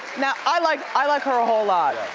now, i like i like her a whole lot.